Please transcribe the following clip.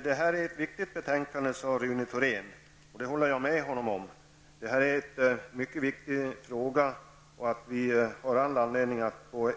Herr talman! Rune Thorén sade att detta är ett viktigt betänkande. Det håller jag med honom om. Det här är en mycket viktig fråga, och vi har all anledning att på